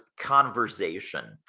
conversation